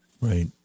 Right